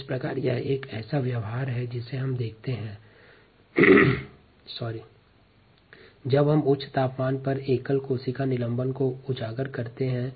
इस प्रकार यह एक ऐसा व्यवहार है जो उच्च तापमान पर एकल कोशिका के निलंबन को प्रदर्शित करता हैं